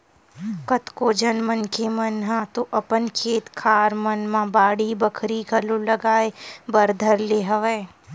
कतको झन मनखे मन ह तो अपन खेत खार मन म बाड़ी बखरी घलो लगाए बर धर ले हवय